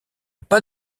pas